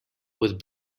with